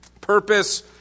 purpose